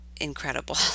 incredible